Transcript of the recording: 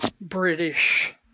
British